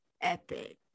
epic